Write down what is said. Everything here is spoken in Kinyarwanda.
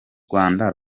rwanda